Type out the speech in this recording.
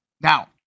Now